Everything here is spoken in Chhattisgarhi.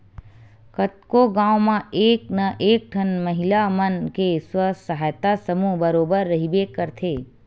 कतको गाँव म एक ना एक ठन महिला मन के स्व सहायता समूह बरोबर रहिबे करथे